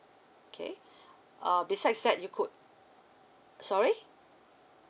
okay uh besides that you could sorry